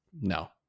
no